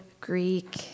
Greek